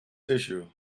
issue